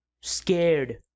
scared